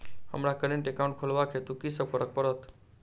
हमरा current account खोलेवाक हेतु की सब करऽ पड़त?